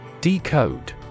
Decode